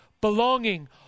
belonging